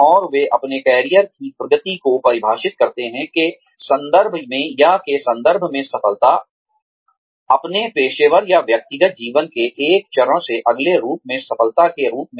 और वे अपने कैरियर की प्रगति को परिभाषित करते हैं के संदर्भ में या के संदर्भ में सफलता अपने पेशेवर या व्यक्तिगत जीवन के एक चरण से अगले रूप में सफलता के रूप में